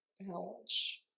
Balance